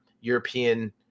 European